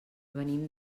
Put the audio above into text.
venim